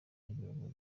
y’igihugu